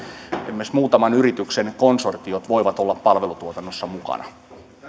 esimerkiksi muutaman yrityksen konsortiot voivat olla palvelutuotannossa mukana